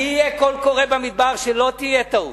אני אהיה קול קורא במדבר, שלא תהיה טעות.